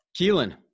Keelan